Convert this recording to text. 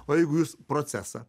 o jeigu jūs procesą